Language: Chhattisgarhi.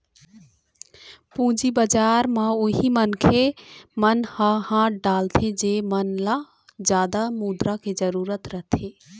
पूंजी बजार म उही मनखे मन ह हाथ डालथे जेन मन ल जादा मुद्रा के जरुरत रहिथे